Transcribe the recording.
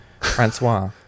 Francois